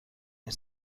این